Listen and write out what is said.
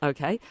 Okay